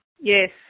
yes